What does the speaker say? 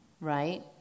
Right